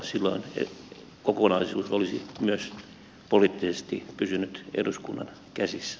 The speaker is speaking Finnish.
silloin kokonaisuus olisi myös poliittisesti pysynyt eduskunnan käsissä